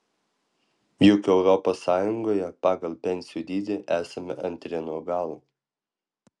juk europos sąjungoje pagal pensijų dydį esame antri nuo galo